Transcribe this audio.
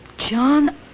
John